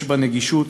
יש בנגישות.